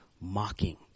mocking